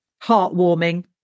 heartwarming